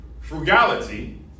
Frugality